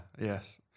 yes